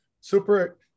super